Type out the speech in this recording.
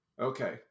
Okay